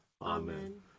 Amen